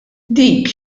dik